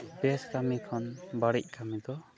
ᱵᱮᱥ ᱠᱟᱹᱢᱤ ᱠᱷᱚᱱ ᱵᱟᱹᱲᱤᱡ ᱠᱟᱹᱢᱤ ᱫᱚ